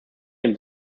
dem